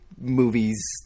movies